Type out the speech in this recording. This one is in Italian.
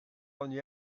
ogni